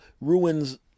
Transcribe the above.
ruins